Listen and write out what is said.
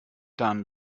dann